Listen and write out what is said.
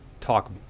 talk